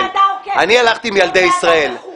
אני הלכתי עם ילדי ישראל.